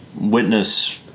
witness